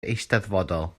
eisteddfodol